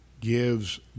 gives